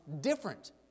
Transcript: different